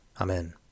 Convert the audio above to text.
Amen